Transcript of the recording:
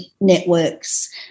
networks